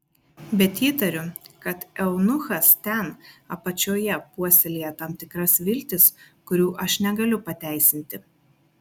bet įtariu kad eunuchas ten apačioje puoselėja tam tikras viltis kurių aš negaliu pateisinti